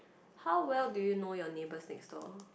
how well do you know your neighbours next door